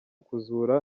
kuzura